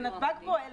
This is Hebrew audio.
ונתב"ג פועל,